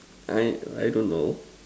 I I don't know